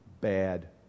bad